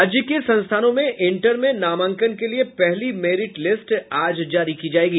राज्य के संस्थानों में इंटर में नामांकन के लिए पहली मेरिट लिस्ट आज जारी की जायेगी